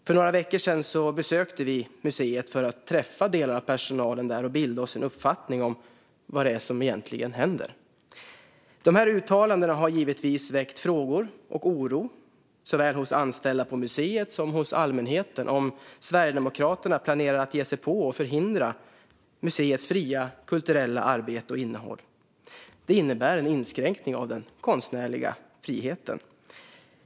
För några veckor sedan besökte vi museet för att träffa delar av personalen där och bilda oss en uppfattning om vad det är som händer. De här uttalandena har givetvis väckt oro och frågor såväl hos anställda på museet som hos allmänheten om Sverigedemokraterna planerar att ge sig på och förhindra museets fria kulturella arbete och innehåll. Det innebär en inskränkning av den konstnärliga friheten.